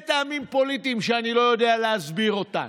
טעמים פוליטיים שאני לא יודע להסביר אותם.